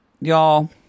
y'all